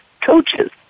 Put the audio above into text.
coaches